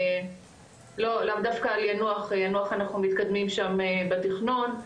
לאו דווקא על יאנוח ביאנוח אנחנו מתקדמים שם בתכנון.